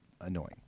annoying